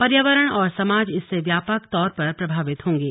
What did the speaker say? पर्यावरण और समाज इससे व्यापक तौर पर प्रभावित होंगे